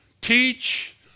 Teach